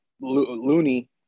Looney